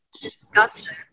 Disgusting